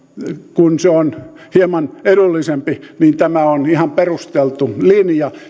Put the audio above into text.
kun se on hieman edullisempi tämä on ihan perusteltu linja